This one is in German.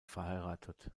verheiratet